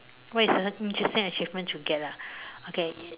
what is the interesting achievement I should get ah okay